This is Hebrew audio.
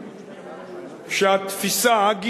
שהתפיסה, הגישה,